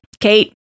Kate